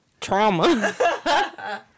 trauma